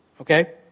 Okay